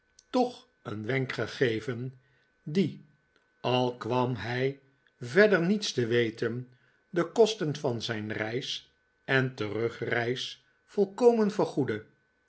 toch een wenk gegeven die al kwam hij verder niets te weten de kosten van zijn reis en terugreis volkomen vergoedde